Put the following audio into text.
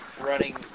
running